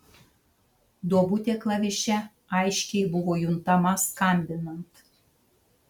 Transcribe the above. duobutė klaviše aiškiai buvo juntama skambinant